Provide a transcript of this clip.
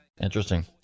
Interesting